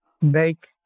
make